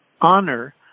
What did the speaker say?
honor